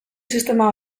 sistema